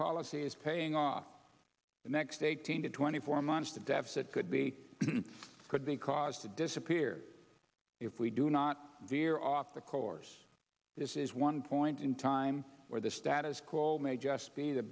policy is paying off the next eighteen to twenty four months the deficit could be could be caused to disappear if we do not do your off the course this is one point in time where the status quo may just be